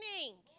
morning